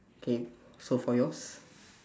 K so for yours